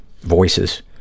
voices